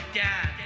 dad